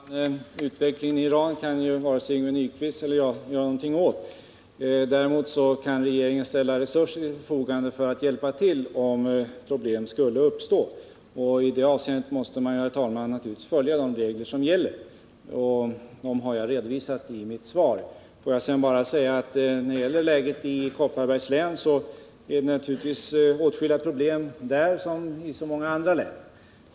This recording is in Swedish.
Herr talman! Utvecklingen i Iran kan varken Yngve Nyquist eller jag göra någonting åt. Däremot kan regeringen ställa resurser till förfogande för att hjälpa till, om problem skulle uppstå. I det avseendet måste man naturligtvis följa de regler som gäller, och dem har jag redovisat i mitt svar. I Kopparbergs län, som i så många andra län, finns det naturligtvis åtskilliga problem när det gäller arbetsmarknadsläget.